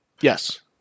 Yes